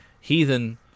Heathen